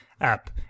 app